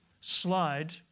slide